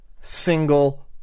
single